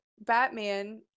batman